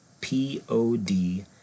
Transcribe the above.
p-o-d